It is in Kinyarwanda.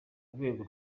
rwego